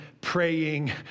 praying